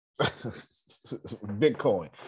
Bitcoin